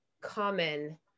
common